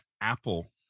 Apple